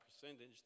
percentage